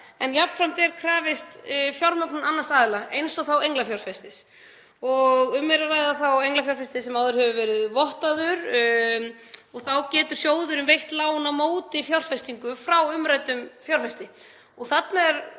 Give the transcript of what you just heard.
en jafnframt er krafist fjármögnun annars aðila, eins og englafjárfestis. Um er að ræða þá englafjárfesti sem áður hefur verið vottaður og þá getur sjóðurinn veitt lán á móti fjárfestingu frá umræddum fjárfesti. Þarna erum